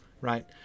right